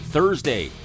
Thursday